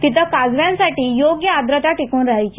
तिथं काजव्यांसाठी योग्य आर्द्रता टिकून राहायची